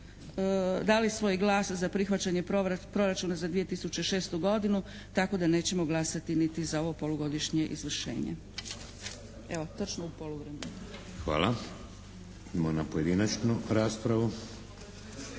dali svoj glas za prihvaćanje Proračuna za 2006. godinu tako da nećemo glasati niti za ovo polugodišnje izvršenje. **Šeks, Vladimir (HDZ)** Hvala. Idemo na pojedinačnu raspravu.